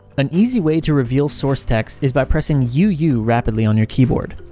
an easy way to reveal source text is by pressing u u rapidly on your keyboard.